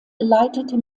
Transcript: leitete